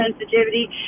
sensitivity